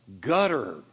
gutter